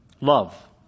Love